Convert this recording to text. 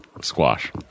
squash